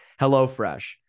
HelloFresh